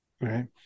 Right